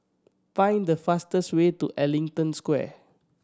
find the fastest way to Ellington Square